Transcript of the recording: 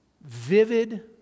vivid